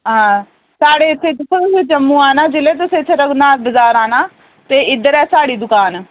हां साढ़े इत्थें जिसलै बी तुस जम्मू आना जिसलै बी इत्थें रघुनाथ बजार आना ते इद्धर ऐ साढ़ी दूकान